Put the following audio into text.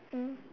mm